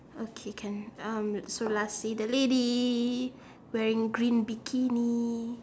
okay can um so lastly the lady wearing green bikini